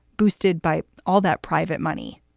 boosted by all that private money.